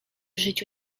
życiu